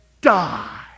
die